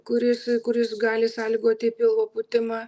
kuris kuris gali sąlygoti pilvo pūtimą